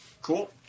Cool